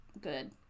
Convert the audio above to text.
good